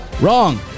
Wrong